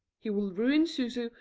he will ruin zuzu,